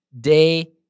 day